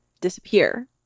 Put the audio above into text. disappear